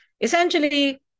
essentially